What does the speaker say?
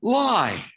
lie